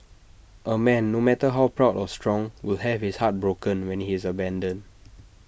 A man no matter how proud or strong will have his heart broken when he is abandoned